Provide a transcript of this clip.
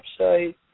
website